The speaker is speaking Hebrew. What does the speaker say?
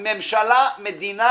ממשלה, מדינה